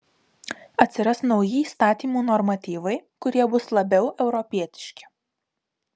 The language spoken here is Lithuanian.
atsiras nauji įstatymų normatyvai kurie bus labiau europietiški